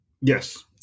Yes